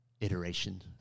iteration